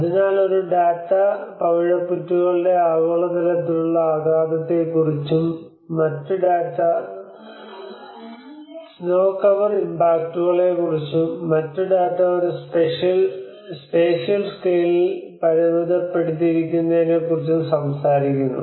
അതിനാൽ ഒരു ഡാറ്റ പവിഴപ്പുറ്റുകളുടെ ആഗോളതലത്തിലുള്ള ആഘാതത്തെക്കുറിച്ചും മറ്റ് ഡാറ്റ സ്നോ കവർ ഇംപാക്റ്റുകളെക്കുറിച്ചും മറ്റ് ഡാറ്റ ഒരു സ്പേഷ്യൽ സ്കെയിലിൽ പരിമിതപ്പെടുത്തിയിരിക്കുന്നതിനെക്കുറിച്ചും സംസാരിക്കുന്നു